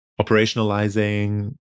operationalizing